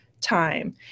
time